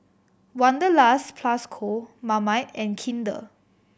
Wanderlust Plus Co Marmite and Kinder